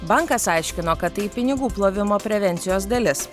bankas aiškino kad tai pinigų plovimo prevencijos dalis